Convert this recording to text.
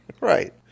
Right